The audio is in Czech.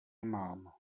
mám